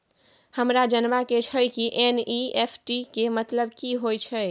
हमरा जनबा के छै की एन.ई.एफ.टी के मतलब की होए है?